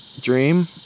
Dream